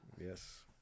yes